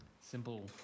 Simple